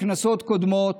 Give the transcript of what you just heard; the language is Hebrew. בכנסות קודמות.